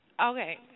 Okay